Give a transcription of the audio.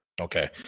Okay